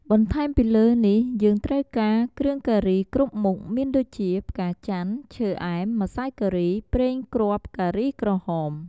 បន្ថែមពីលើនេះយើងត្រូវការ គ្រឿងការីគ្រប់មុខមានដូចជា ផ្កាចាន់ ឈើអែម ម្សៅការី ប្រេងគ្រាប់ការីក្រហម។